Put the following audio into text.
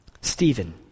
Stephen